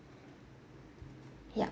yup